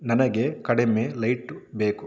ನನಗೆ ಕಡಿಮೆ ಲೈಟ್ ಬೇಕು